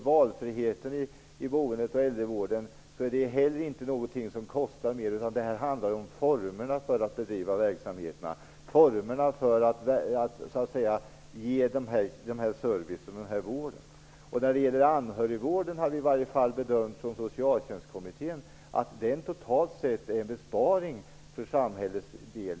Valfriheten i boendet och äldrevården är inte heller någonting som kostar mer. Det här handlar ju om formerna för att bedriva verksamheten och för att ge service och vård. När det gäller anhörigvården har i alla fall vi i Socialtjänstkommittén bedömt att den totalt sett är en besparing för samhällets del.